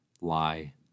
lie